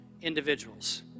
individuals